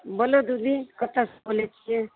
बोलू दीदी कतऽसँ बोलै छियै